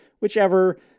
Whichever